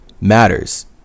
matters